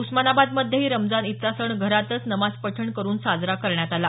उस्मानाबादमध्येही रमजान ईदचा सण घरातच नमाज पठण करून साजरा करण्यात आला